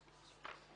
מתקדם.